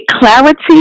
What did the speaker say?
clarity